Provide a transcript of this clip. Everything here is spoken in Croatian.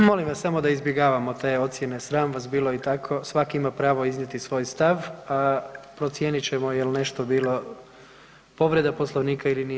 Molim vas samo da izbjegavamo te ocjene sram vas bilo i tako, svaki ima pravo iznijeti svoj stav, a procijenit ćemo jel nešto bilo povreda Poslovnika ili nije.